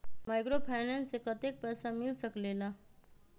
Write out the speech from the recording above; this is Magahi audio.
माइक्रोफाइनेंस से कतेक पैसा मिल सकले ला?